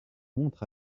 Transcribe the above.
montres